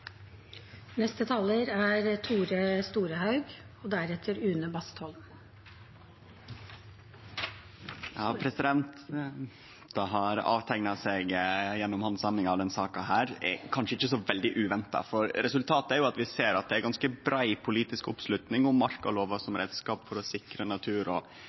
Det som har vist seg gjennom handsaminga av denne saka, er kanskje ikkje så veldig uventa. Resultatet er jo at vi ser at det er ganske brei politisk oppslutning om markalova som reiskap for å sikre